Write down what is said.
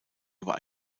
über